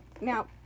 Now